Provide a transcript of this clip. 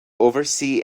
oversee